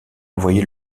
envoyé